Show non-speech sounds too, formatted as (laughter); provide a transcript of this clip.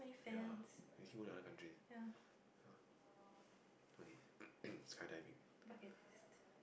ya they keep going other countries okay (noise) skydiving